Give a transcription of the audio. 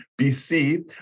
BC